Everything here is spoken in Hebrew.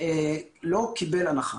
לא קיבל הנחה.